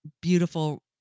beautiful